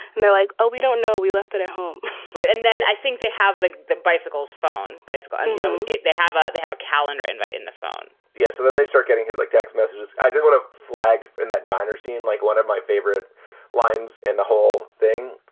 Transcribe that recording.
and they're like, oh, we don't know. we left it at home right. and then i think they have the the bicycle's phone bicycle and yeah they have. ah they have a calendar invite in the phone yeah. so then they start getting hit like text messages. i don't want to flag in that diner scene like one of my favorite lines and the whole thing.